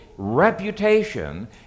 reputation